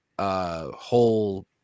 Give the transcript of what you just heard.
whole